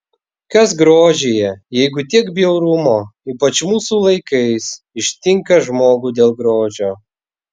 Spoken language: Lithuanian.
kas grožyje jeigu tiek bjaurumo ypač mūsų laikais ištinka žmogų dėl grožio